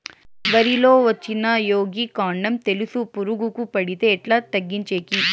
వరి లో వచ్చిన మొగి, కాండం తెలుసు పురుగుకు పడితే ఎట్లా తగ్గించేకి?